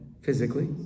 physically